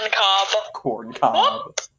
Corncob